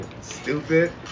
Stupid